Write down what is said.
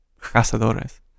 Casadores